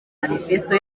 manifesto